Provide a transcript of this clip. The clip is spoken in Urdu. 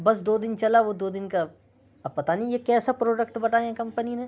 بس دو دن چلا وہ دو دن کا اب پتہ نہیں یہ کیسا پروڈکٹ بنا ہے کمپنی نے